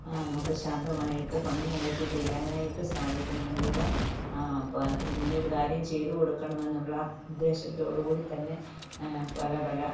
നമുക്ക് ശാന്തമായിട്ട് ഭംഗിയായിട്ട് ചെയ്യാനായിട്ട് സാധിക്കണമെങ്കില് ഇപ്പോള് ഇങ്ങനൊരു കാര്യം ചെയ്ത് കൊടുക്കണമെന്നുള്ള ഉദ്ദേശത്തോടു കൂടി തന്നെ പല പല